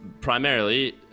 primarily